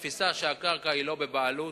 תפיסה שאומרת שהקרקע לא בבעלות,